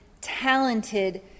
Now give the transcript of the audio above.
talented